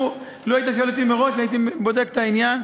לו היית שואל אותי מראש, הייתי בודק את העניין.